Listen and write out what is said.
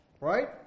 Right